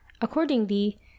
accordingly